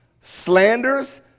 slanders